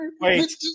Wait